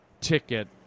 ticket